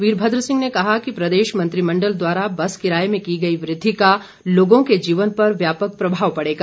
वीरमद्र सिंह ने कहा कि प्रदेश मंत्रिमंडल द्वारा बस किराए में की गई वृद्धि का लोगों के जीवन पर व्यापक प्रभाव पड़ेगा